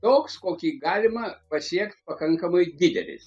toks kokį galima pasiekt pakankamai didelis